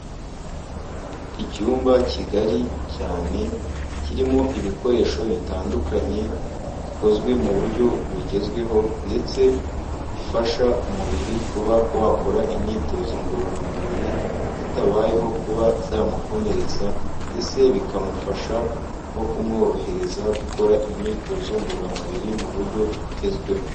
Icyumba kigari cyane kirimo ibikoresho bitandukanye bikozwe mu buryo bugezweho ndetse ifasha umubiri kuba wakora imyitozo ngororamubiri hatabayeho kuba byamukomeretsa ndetse bikamufasha no kumworohereza gukora imyitozo ngororamubiri mu buryo bugezweho.